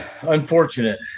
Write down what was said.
unfortunate